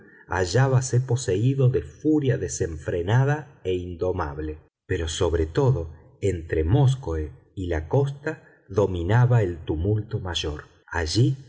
hasta vurrgh hallábase poseído de furia desenfrenada e indomable pero sobre todo entre móskoe y la costa dominaba el tumulto mayor allí